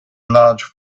large